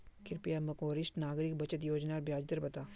कृप्या मोक वरिष्ठ नागरिक बचत योज्नार ब्याज दर बता